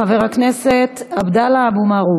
חבר הכנסת עבדאללה אבו מערוף.